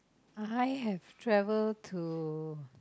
I have travel to